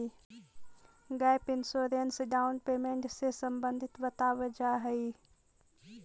gap insurance down payment से संबंधित बतावल जाऽ हई